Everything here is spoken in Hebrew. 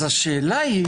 השאלה היא